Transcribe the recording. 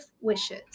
wishes